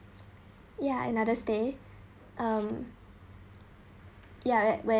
ya another stay um